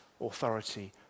authority